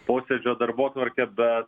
posėdžio darbotvarkę bet